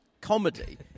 comedy